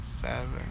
seven